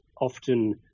often